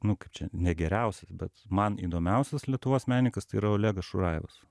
nu kaip čia ne geriausias bet man įdomiausias lietuvos menininkas tai yra olegas šurajevas